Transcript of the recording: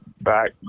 back